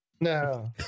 No